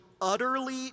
utterly